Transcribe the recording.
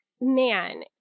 man